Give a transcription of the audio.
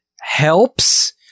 helps